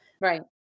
Right